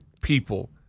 people